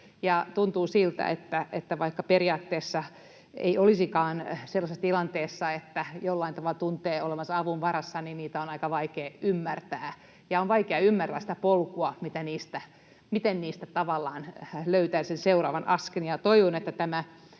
tuntuu siltä, että vaikka periaatteessa ei olisikaan sellaisessa tilanteessa, että jollain tavalla tuntee olevansa avun varassa, niin niitä on aika vaikea ymmärtää ja on vaikea ymmärtää sitä polkua, miten niistä tavallaan löytää sen seuraavan askeleen. Toivon, että